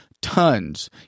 Tons